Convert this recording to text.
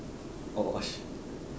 oh shit